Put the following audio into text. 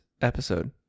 episode